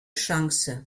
chance